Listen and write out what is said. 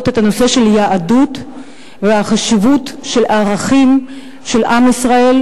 את הנושא של היהדות והחשיבות של הערכים של עם ישראל,